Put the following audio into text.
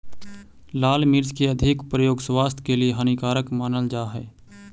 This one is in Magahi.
लाल मिर्च के अधिक प्रयोग स्वास्थ्य के लिए हानिकारक मानल जा हइ